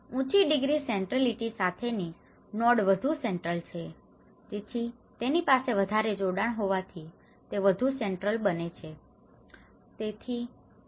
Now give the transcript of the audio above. ઉંચી degree centrality સાથે ની નોડ વધુ સેન્ટ્રલ છે તેથી તેની પાસે વધારે જોડાણ હોવાથી તે વધુ સેન્ટ્રલ બને છે